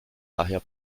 daher